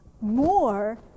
more